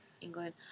England